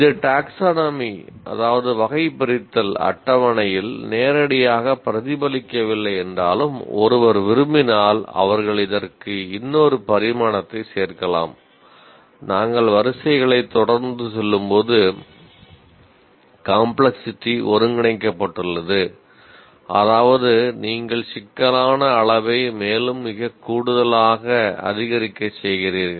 இது டாக்சோனாமி ஒருங்கிணைக்கப்பட்டுள்ளது அதாவது நீங்கள் சிக்கலான அளவை மேலும் மிக கூடுதலாக அதிகரிக்க செய்கிறீர்கள்